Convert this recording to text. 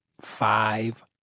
five